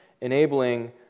enabling